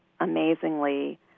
amazingly